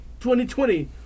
2020